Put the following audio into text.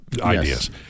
ideas